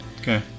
Okay